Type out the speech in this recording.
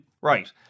Right